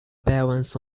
balance